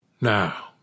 Now